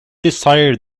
desire